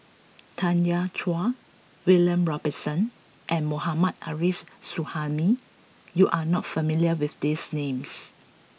Tanya Chua William Robinson and Mohammad Arif Suhaimi you are not familiar with these names